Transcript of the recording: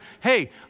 hey